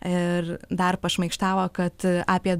ir dar pašmaikštavo kad apie